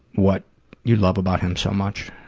what you love about him so much.